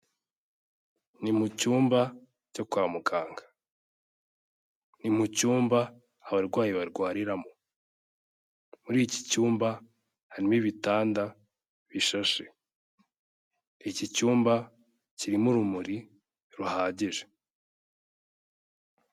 Ni mu cyumba cyo kwa muganga, ni mu cyumba abarwayi barwariramo, muri iki cyumba harimo ibitanda bishashe, iki cyumba kirimo urumuri ruhagije.